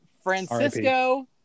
Francisco